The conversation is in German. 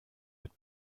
mit